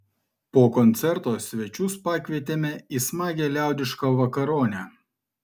po koncerto svečius pakvietėme į smagią liaudišką vakaronę